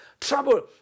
trouble